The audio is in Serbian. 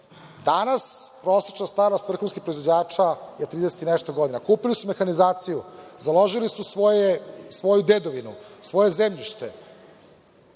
prosečnost starost vrhunskih proizvođača je 30 i nešto godina. Kupili su mehanizaciju, založili su svoju dedovinu, svoje zemljište,